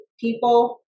people